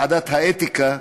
ועדת האתיקה,